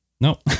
nope